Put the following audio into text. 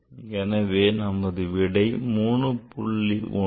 எனவே நமது விடை 3